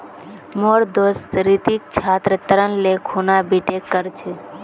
मोर दोस्त रितिक छात्र ऋण ले खूना बीटेक कर छ